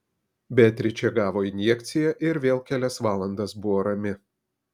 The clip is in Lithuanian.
beatričė gavo injekciją ir vėl kelias valandas buvo rami